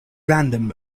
random